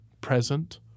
present